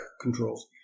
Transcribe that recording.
controls